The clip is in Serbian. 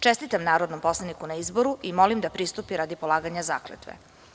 Čestitam narodnom poslaniku na izboru i molim da pristupi radi polaganja zakletve.